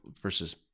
versus